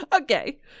Okay